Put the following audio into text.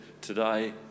today